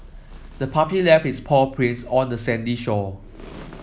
the puppy left its paw prints on the sandy shore